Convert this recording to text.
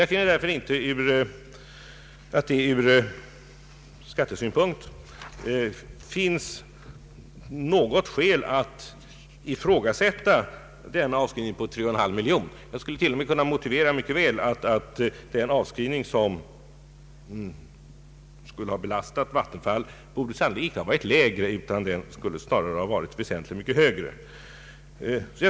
Jag finner därför inte att det ur skattesynpunkt föreligger något skäl att ifrågasätta denna avskrivning på 3,5 miljoner kronor. Jag skulle till och med kunna motivera mycket väl, att den avskrivning som skulle ha belastat Vattenfall sannerligen inte borde ha varit lägre utan snarare väsentligt mycket högre.